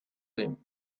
theme